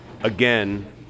again